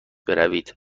بروید